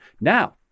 Now